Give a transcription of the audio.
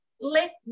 let